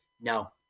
no